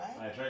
right